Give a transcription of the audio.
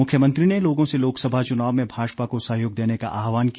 मुख्यमंत्री ने लोगों से लोकसभा चुनाव में भाजपा को सहयोग देने का आहवान किया